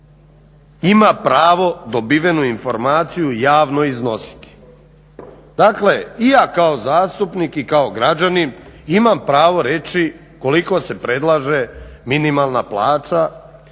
ima pravo dobivenu informaciju javno iznositi. Dakle i ja kao zastupnik i kao građanin imam pravo reći koliko se predlaže minimalna plaća